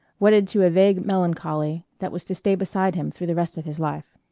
wedded to a vague melancholy that was to stay beside him through the rest of his life.